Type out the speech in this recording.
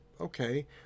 okay